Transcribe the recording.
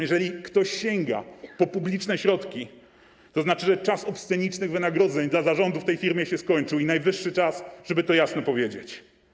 Jeżeli ktoś sięga po publiczne środki, to znak, że czas obscenicznych wynagrodzeń dla zarządów tej firmy się skończył, i najwyższy czas, żeby to jasno powiedzieć.